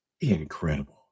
incredible